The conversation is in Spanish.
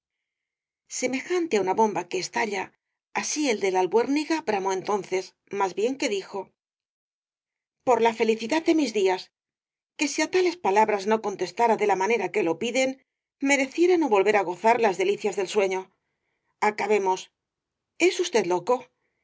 semejante á una bomba que estalla así el de la albuérniga bramó entonces más bien que dijo por la felicidad de mis días que si á tales palabras no contestara de la manera que lo piden mereciera no volver á gozar las delicias del sueño acabemos es usted loco